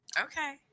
Okay